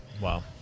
Wow